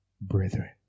brethren